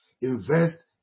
Invest